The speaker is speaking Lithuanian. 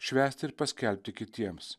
švęsti ir paskelbti kitiems